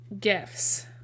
gifts